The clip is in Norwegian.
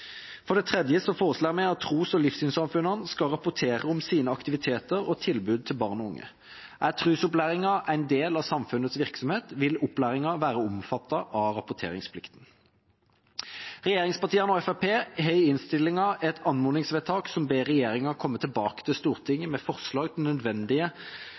For det tredje foreslår vi at tros- og livssynssamfunnene skal rapportere om sine aktiviteter og tilbud til barn og unge. Er trosopplæringen en del av samfunnets virksomhet, vil opplæringen være omfattet av rapporteringsplikten. Regjeringspartiene og Fremskrittspartiet har i Innst. 208 L forslag om et anmodningsvedtak der en ber regjeringa komme tilbake til Stortinget med forslag til nødvendige